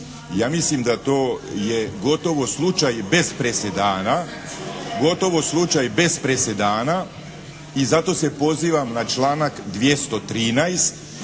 Ja mislim da to je gotovo slučaj bez presedana i zato se pozivam na članak 213.